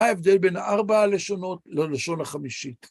ההבדל בין ארבע הלשונות ללשון החמישית.